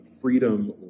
freedom